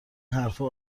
حرفها